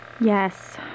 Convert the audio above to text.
Yes